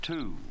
Two